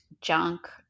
junk